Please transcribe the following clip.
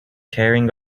tearing